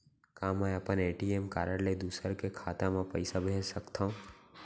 का मैं अपन ए.टी.एम कारड ले दूसर के खाता म पइसा भेज सकथव?